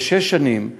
שש שנים,